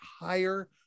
higher